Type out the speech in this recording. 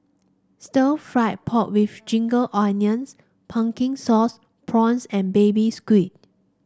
Stir Fried Pork with Ginger Onions Pumpkin Sauce Prawns and Baby Squid